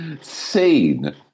seen